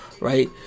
right